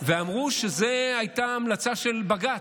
ואמרו שזו הייתה המלצה של בג"ץ.